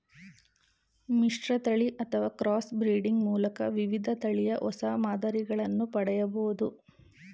ಮಿಶ್ರತಳಿ ಅಥವಾ cross breeding ಮೂಲಕ ವಿವಿಧ ತಳಿಯ ಹೊಸ ಮಾದರಿಗಳನ್ನು ಪಡೆಯಬೋದು